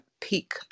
Peak